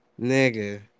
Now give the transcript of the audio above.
Nigga